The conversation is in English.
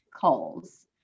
calls